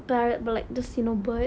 like pigeons